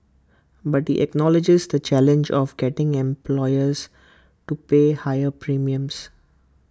but he acknowledges the challenge of getting employers to pay higher premiums